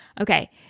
okay